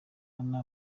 hano